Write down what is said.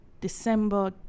December